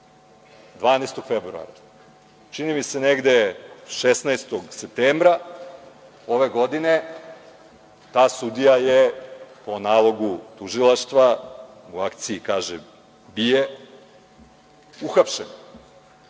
12. februara. Čini mi se negde 16. septembra ove godine ta sudija je po nalogu tužilaštva u akciji, kažem, BIA uhapšena